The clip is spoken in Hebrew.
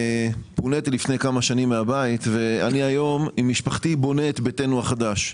פוניתי לפני כמה שנים מהבית ואני היום עם משפחתי בונה את ביתנו החדש.